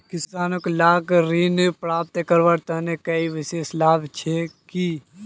किसान लाक ऋण प्राप्त करवार तने कोई विशेष लाभ छे कि?